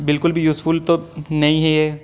बिल्कुल भी यूज़फुल तो नहीं है ये